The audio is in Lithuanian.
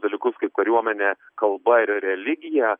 dalykus kaip kariuomenė kalba ir religija